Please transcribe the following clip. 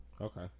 Okay